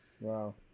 Wow